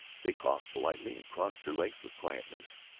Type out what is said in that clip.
they coughed politely, and crossed their legs with quietness,